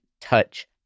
touch